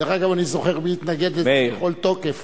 דרך אגב, אני זוכר מי התנגד לזה בכל תוקף.